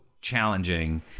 challenging